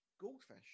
Goldfish